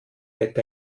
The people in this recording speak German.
bett